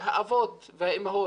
האבות והאימהות,